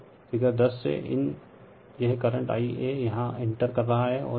तो फिगर 10 से इन यह करंट Ia यहाँ इंटर कर रहा है